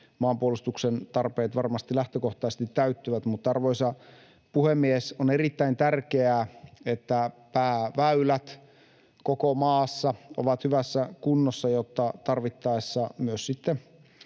maanpuolustuksen tarpeet varmasti lähtökohtaisesti täyttyvät. Arvoisa puhemies! On erittäin tärkeää, että pääväylät koko maassa ovat hyvässä kunnossa, jotta tarvittaessa myös sitten